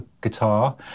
guitar